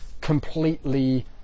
completely